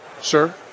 sir